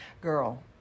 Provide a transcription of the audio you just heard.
Girl